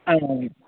आम् आम्